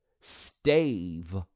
stave